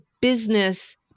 business